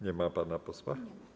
Nie ma pana posła?